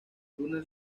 turner